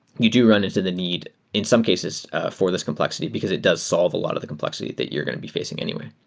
you do run into the need in some cases for this complexity because it does solve a lot of the complexity that you're going to be facing anyway.